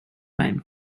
mig